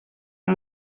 amb